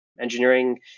engineering